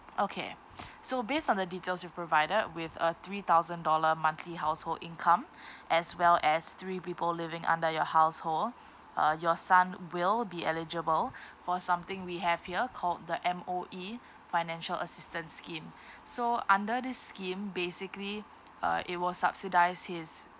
okay so based on the details you provided with a three thousand dollar monthly household income as well as three people living under your household uh your son will be eligible for something we have here called the M_O_E financial assistance scheme so under this scheme basically uh it will subsidise his